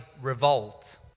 revolt